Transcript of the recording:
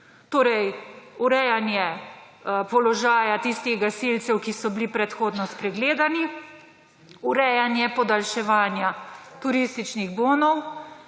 Torej urejanje položaja tistih gasilcev, ki so bili predhodno spregledani, urejanje podaljševanja turističnih bonov,